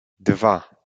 dwa